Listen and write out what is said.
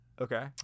Okay